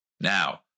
Now